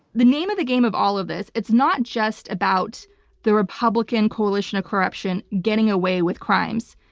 the name of the game of all of this, it's not just about the republican coalition of corruption getting away with crimes.